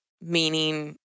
meaning